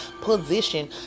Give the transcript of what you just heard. position